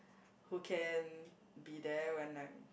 who can be there when I'm